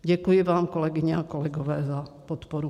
Děkuji vám, kolegyně a kolegové, za podporu.